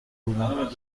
بودم